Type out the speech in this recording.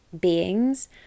beings